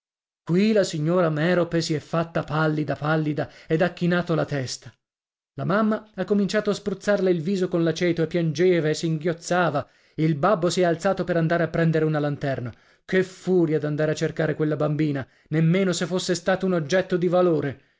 qui la signora merope si è fatta pallida pallida ed ha chinato la testa la mamma ha cominciato a spruzzarle il viso con l'aceto e piangeva e singhiozzava il babbo si è alzato per andare a prendere una lanterna che furia d'andare a cercare quella bambina nemmeno se fosse stata un oggetto di valore